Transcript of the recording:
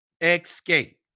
escape